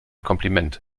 kompliment